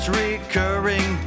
recurring